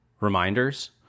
reminders